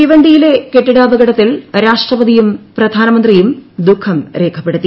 ഭീവണ്ടിയിലെ കെട്ടിട അപകടത്തിൽ രാഷ്ട്രപതിയും പ്രധാനമന്ത്രിയും ദുഖം രേഖപ്പെടുത്തി